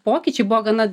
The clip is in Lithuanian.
pokyčiai buvo gana